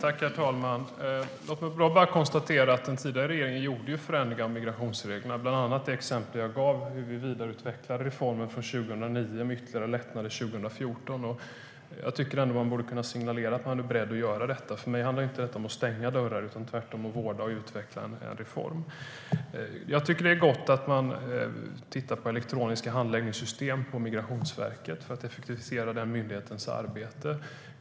Herr talman! Låt mig konstatera att den tidigare regeringen gjorde förändringar av migrationsreglerna. Bland annat, som jag nämnde, vidareutvecklade vi reformen från 2009 med ytterligare lättnader 2014. Jag tycker att man borde kunna signalera att man är beredd att göra detta. För mig handlar det inte om att stänga dörrar utan tvärtom om att vårda och utveckla en reform. Det är gott att man tittar på elektroniska handläggningssystem på Migrationsverket för att effektivisera myndighetens arbete.